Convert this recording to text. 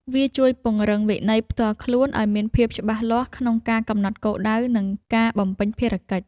វាជួយពង្រឹងវិន័យផ្ទាល់ខ្លួនឱ្យមានភាពច្បាស់លាស់ក្នុងការកំណត់គោលដៅ និងការបំពេញភារកិច្ច។